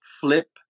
flip